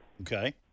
Okay